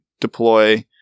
deploy